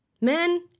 Men